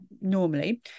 normally